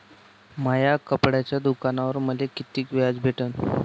माया कपड्याच्या दुकानावर मले कितीक व्याज भेटन?